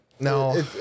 No